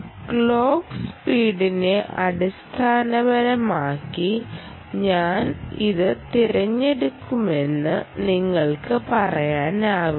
clock സ്പീടിനെ അടിസ്ഥാനമാക്കി ഞാൻ ഇത് തിരഞ്ഞെടുക്കുമെന്ന് നിങ്ങൾക്ക് പറയാനാവില്ല